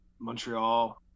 Montreal